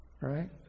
Right